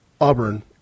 Auburn